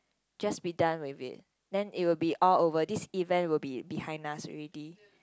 just be done with it then it will be all over this event will be behind us already